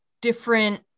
different